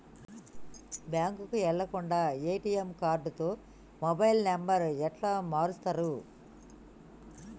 బ్యాంకుకి వెళ్లకుండా ఎ.టి.ఎమ్ కార్డుతో మొబైల్ నంబర్ ఎట్ల మారుస్తరు?